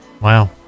Wow